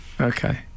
okay